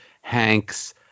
Hank's